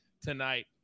tonight